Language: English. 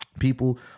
People